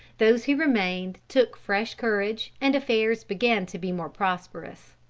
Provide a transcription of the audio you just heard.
those who remained took fresh courage, and affairs began to be more prosperous.